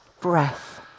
breath